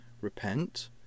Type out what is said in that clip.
Repent